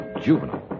juvenile